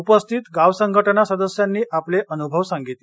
उपस्थित गाव संघटना सदस्यानी आपले अनुभव सांगितले